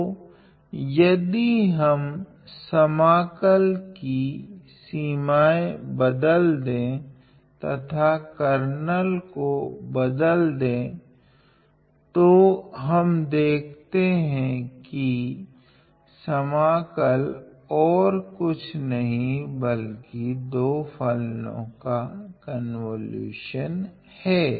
तो यदि हम समाकल की सीमाएं बदल दे तथा केर्नेल को बदल दे तो हम देखते है कि समाकल ओर कुछ नहीं बल्कि दो फलनों का कोंवोलुशन हैं